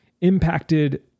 impacted